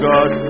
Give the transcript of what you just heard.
God